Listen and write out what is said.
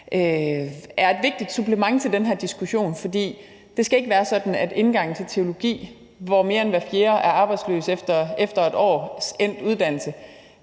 er et vigtigt supplement til den her diskussion. For det skal ikke være sådan, at mere end hver fjerde er arbejdsløs, 1 år efter uddannelsen